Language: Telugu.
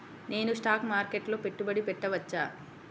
నేను స్టాక్ మార్కెట్లో పెట్టుబడి పెట్టవచ్చా?